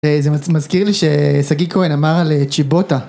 זה מזכיר לי ששגיא כהן אמר על צ'יבוטה